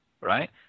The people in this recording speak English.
right